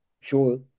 Sure